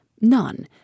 None